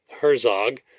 Herzog